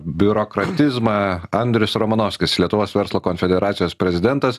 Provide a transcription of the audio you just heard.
biurokratizmą andrius romanovskis lietuvos verslo konfederacijos prezidentas